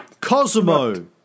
Cosimo